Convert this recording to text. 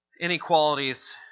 inequalities